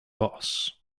boss